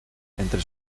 entre